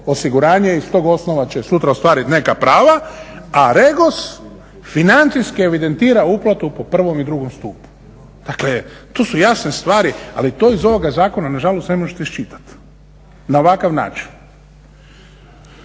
osiguranje i s tog osnova će sutra ostvarit neka prava, a REGOS financijski evidentira uplatu po prvom i drugom stupu. Dakle, tu su jasne stvari. Ali to iz ovog zakona na žalost ne možete iščitati na ovakav način.